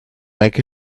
back